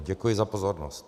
Děkuji za pozornost.